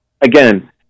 Again